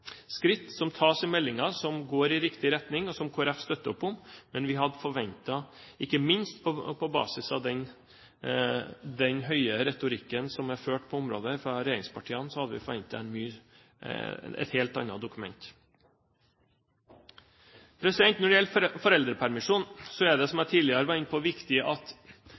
skritt som tas i meldingen som går i riktig retning, og som Kristelig Folkeparti støtter opp om. Men vi hadde forventet, ikke minst på basis av den retorikken som er ført på området fra regjeringspartiene, et helt annet dokument. Når det gjelder foreldrepermisjonen, er det, som jeg tidligere var inne på, viktig at